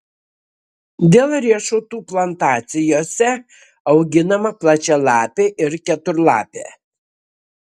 dėl riešutų plantacijose auginama plačialapė ir keturlapė